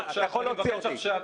אתה יכול להוציא אותי.